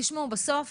תשמעו, בסוף